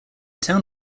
town